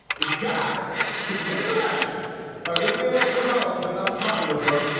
if god can win an election by winning the electoral college, but not the popular vote,